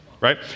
right